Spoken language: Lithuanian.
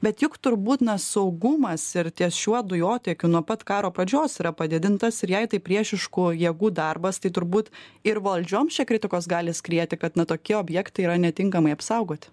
bet juk turbūt na saugumas ir ties šiuo dujotiekiu nuo pat karo pradžios yra padidintas ir jei tai priešiškų jėgų darbas tai turbūt ir valdžioms čia kritikos gali skrieti kad na tokie objektai yra netinkamai apsaugoti